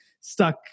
stuck